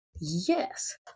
Yes